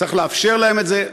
צריך לאפשר להם את זה,